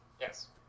Yes